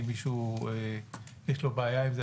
אם למישהו יש בעיה עם זה,